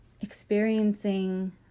experiencing